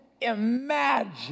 imagine